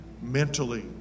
Mentally